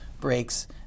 breaks